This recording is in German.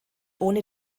ohne